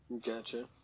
Gotcha